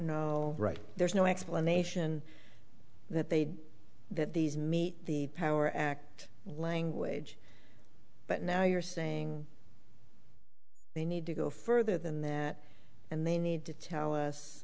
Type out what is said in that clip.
know right there's no explanation that they that these meet the power act language but now you're saying they need to go further than that and they need